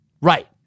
Right